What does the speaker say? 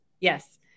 Yes